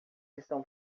estão